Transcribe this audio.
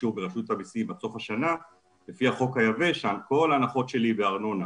אישור מרשות המסים עד סוף השנה לפי החוק היבש כל ההנחות שלי בארנונה,